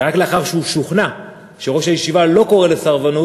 ורק לאחר שהוא שוכנע שראש הישיבה לא קורא לסרבנות